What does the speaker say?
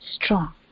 strong